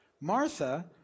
Martha